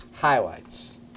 highlights